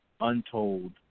untold